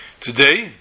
today